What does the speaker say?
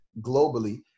globally